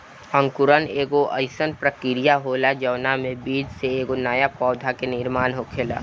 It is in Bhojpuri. अंकुरण एगो आइसन प्रक्रिया होला जवना में बीज से एगो नया पौधा के निर्माण होखेला